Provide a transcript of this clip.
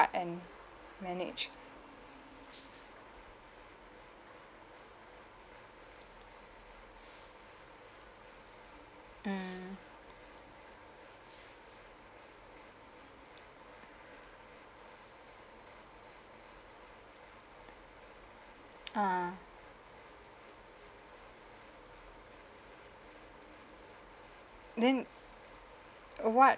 and manage mm err then uh what